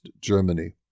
Germany